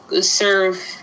serve